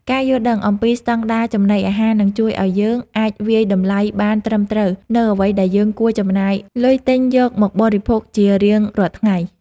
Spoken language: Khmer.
ការយល់ដឹងអំពីស្តង់ដារចំណីអាហារនឹងជួយឲ្យយើងអាចវាយតម្លៃបានត្រឹមត្រូវនូវអ្វីដែលយើងគួរចំណាយលុយទិញយក មកបរិភោគជារៀងរាល់ថ្ងៃ។